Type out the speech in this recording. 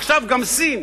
עכשיו גם סין.